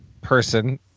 person